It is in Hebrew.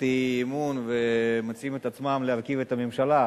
האי-אמון ומציעים את עצמם להרכיב את הממשלה,